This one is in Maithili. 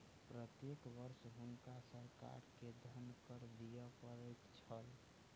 प्रत्येक वर्ष हुनका सरकार के धन कर दिअ पड़ैत छल